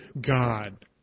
God